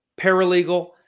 paralegal